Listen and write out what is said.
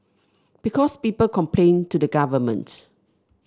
because people complain to the government